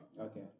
Okay